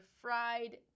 fried